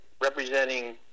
representing